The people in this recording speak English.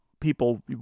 people